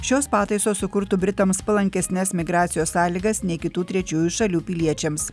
šios pataisos sukurtų britams palankesnes migracijos sąlygas nei kitų trečiųjų šalių piliečiams